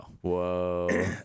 Whoa